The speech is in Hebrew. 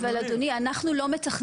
אבל אדוני, אנחנו לא מתכננים.